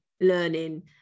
learning